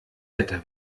wetter